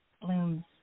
blooms